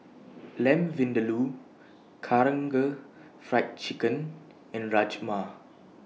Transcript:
Lamb Vindaloo Karaage Fried Chicken and Rajma